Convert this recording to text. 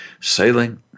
sailing